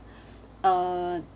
uh